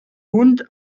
hund